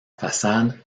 façade